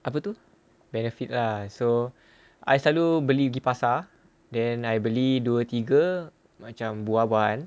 apa tu benefit lah so I selalu beli pergi pasar then I beli dua tiga macam buah-buahan